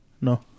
No